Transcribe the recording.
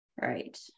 Right